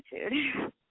attitude